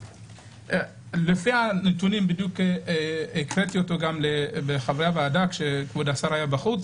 לפי הנתונים שהקראתי לחברי הוועדה כשכבוד השר היה בחוץ,